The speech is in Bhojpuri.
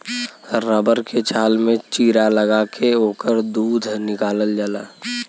रबर के छाल में चीरा लगा के ओकर दूध निकालल जाला